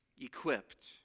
equipped